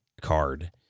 card